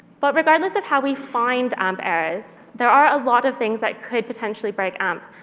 but regardless of how we find amp errors, there are a lot of things that could potentially break amp,